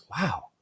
wow